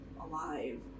alive